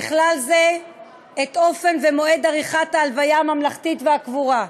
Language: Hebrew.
ובכלל זה את אופן ומועד עריכת ההלוויה הממלכתית והקבורה.